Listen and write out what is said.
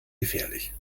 gefährlich